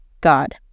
God